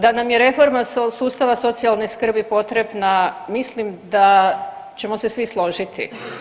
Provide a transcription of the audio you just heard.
Da nam je reforma sustava socijalne skrbi potrebna mislim da ćemo se svi složiti.